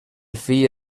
fill